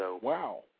Wow